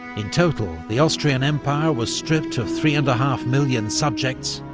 in total, the austrian empire was stripped of three and a half million subjects,